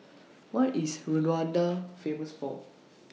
What IS Rwanda Famous For